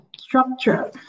structure